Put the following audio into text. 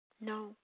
no